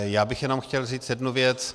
Já bych jenom chtěl říct jednu věc.